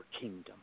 kingdom